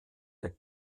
der